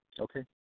Okay